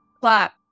Clap